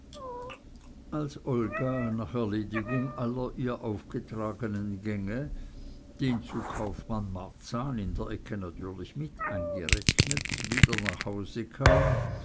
als olga nach erledigung aller ihr aufgetragenen gänge den zu kaufmann marzahn an der ecke natürlich mit eingerechnet wieder nach hause kam